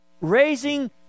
raising